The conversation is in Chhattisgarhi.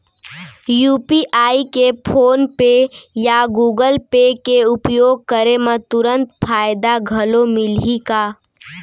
यू.पी.आई के फोन पे या गूगल पे के उपयोग करे म तुरंत फायदा घलो मिलही का?